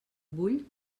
vull